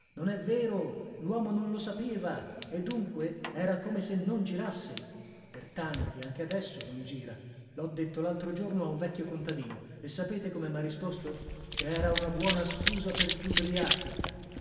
non è vero luomo non lo sapeva e dunque era come se non girasse per tanti anche adesso non gira lho detto laltro giorno a un vecchio contadino e sapete come mha risposto chera una buona scusa per gli ubriachi